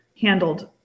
handled